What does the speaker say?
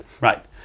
Right